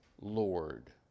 Lord